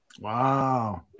Wow